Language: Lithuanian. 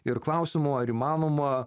ir klausimo ar įmanoma